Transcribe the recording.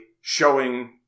showing